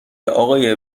آقای